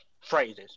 phrases